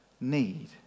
need